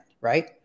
right